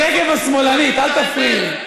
רגב השמאלנית, אל תפריעי לי.